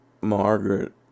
Margaret